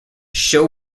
show